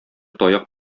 таяк